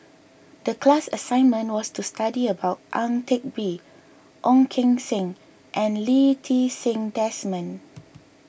the class assignment was to study about Ang Teck Bee Ong Keng Sen and Lee Ti Seng Desmond